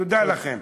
תודה לכם.